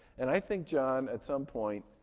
and i think, jon, at some point